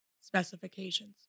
specifications